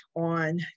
on